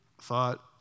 thought